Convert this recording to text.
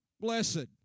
Blessed